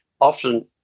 often